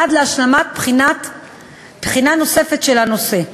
עד להשלמת בחינה נוספת של הנושא.